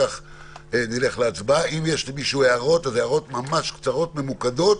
אם יש הערות, אז הערות קצרות וממוקדות